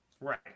Right